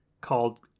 called